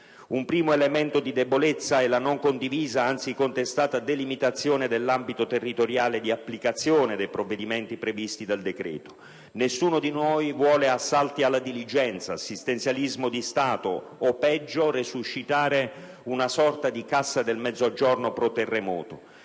Un primo elemento di debolezza è la non condivisa, anzi, contestata delimitazione dell'ambito territoriale di applicazione dei provvedimenti previsti dal decreto. Nessuno di noi vuole assalti alla diligenza, assistenzialismo di Stato o, peggio, resuscitare una sorta di Cassa per il Mezzogiorno *pro* terremoto: